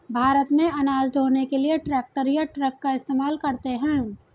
भारत में अनाज ढ़ोने के लिए ट्रैक्टर या ट्रक का इस्तेमाल करते हैं